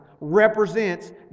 represents